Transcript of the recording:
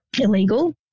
illegal